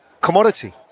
commodity